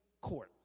court